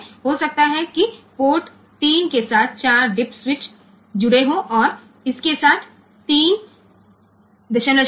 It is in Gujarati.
તેથી પોર્ટ 3 સાથે કદાચ આપણે 4 ડિપ સ્વીચો ને કનેક્ટ કરી હોય છે અને તેમની સાથે 3